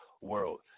world